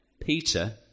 Peter